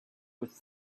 with